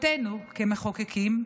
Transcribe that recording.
כמחוקקים,